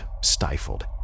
stifled